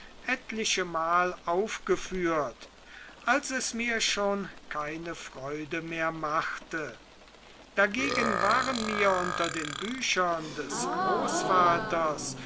etlichemal aufgeführt als es mir schon keine freude mehr machte dagegen waren mir unter den büchern des großvaters